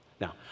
Now